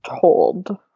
told